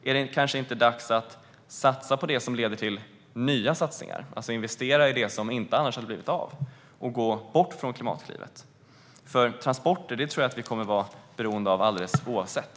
Är det inte dags att satsa på sådant som leder till nya satsningar? Man kunde investera i det som annars inte hade blivit av och gå bort från Klimatklivet. Transporter kommer vi att vara beroende av alldeles oavsett.